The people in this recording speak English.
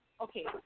Okay